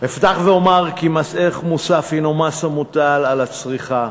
אפתח ואומר כי מס ערך מוסף הנו מס המוטל על הצריכה,